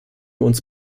uns